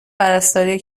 پرستاری